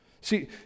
See